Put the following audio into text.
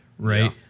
right